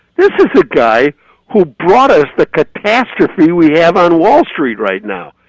this is the guy who brought us the catastrophe we have on wall street right now.